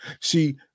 See